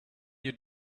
you